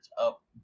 up